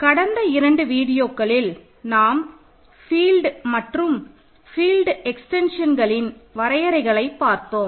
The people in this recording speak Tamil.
கடந்த இரண்டு வீடியோக்களில் நாம் ஃபீல்ட் மற்றும் ஃபீல்ட் எக்ஸ்டென்ஷன்களின் வரையறைகளை பார்த்தோம்